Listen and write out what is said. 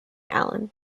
allen